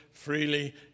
Freely